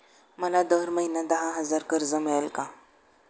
मला दर महिना दहा हजार कर्ज मिळेल का?